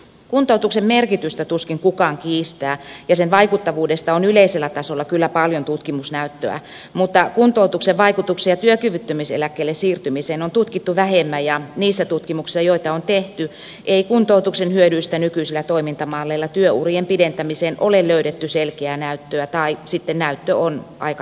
kuntoutuksen merkitystä tuskin kukaan kiistää ja sen vaikuttavuudesta on yleisellä tasolla kyllä paljon tutkimusnäyttöä mutta kuntoutuksen vaikutuksia työkyvyttömyyseläkkeelle siirtymiseen on tutkittu vähemmän ja niissä tutkimuksissa joita on tehty ei kuntoutuksen hyödyistä nykyisillä toimintamalleilla työurien pidentämiseen ole löydetty selkeää näyttöä tai sitten näyttö on aika heikkoa